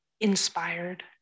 inspired